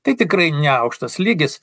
tai tikrai neaukštas lygis